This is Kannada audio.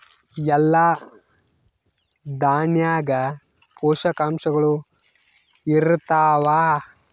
ಎಲ್ಲಾ ದಾಣ್ಯಾಗ ಪೋಷಕಾಂಶಗಳು ಇರತ್ತಾವ?